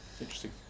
Interesting